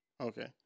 okay